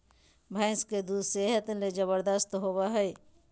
भैंस के दूध सेहत ले जबरदस्त होबय हइ